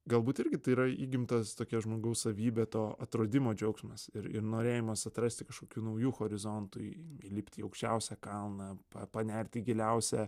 galbūt irgi tai yra įgimtas tokia žmogaus savybė to atradimo džiaugsmas ir ir norėjimas atrasti kažkokių naujų horizontų į įlipti į aukščiausią kalną pa panerti į giliausią